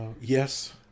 yes